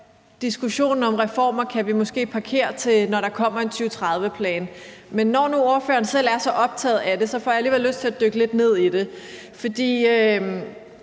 at diskussionen om reformer kan vi måske parkere, til der kommer en 2030-plan. Men når nu ordføreren selv er så optaget af det, får jeg alligevel lyst til at dykke lidt ned i det.